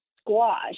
squash